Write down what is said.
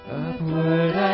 upward